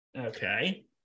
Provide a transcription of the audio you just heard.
Okay